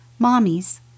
Mommies